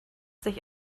sich